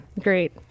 great